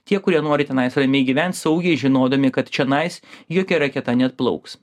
tie kurie nori tenais ramiai gyvent saugiai žinodami kad čionais jokia raketa neatplauks